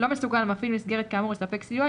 לא מסוגל מפעיל מסגרת כאמור לספק סיוע,